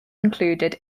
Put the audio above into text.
included